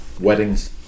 weddings